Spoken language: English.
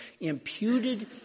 imputed